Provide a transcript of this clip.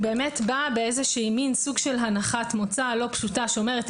הוא באמת בא באיזשהו מן סוג של הנחת מוצא לא פשוטה שאומרת,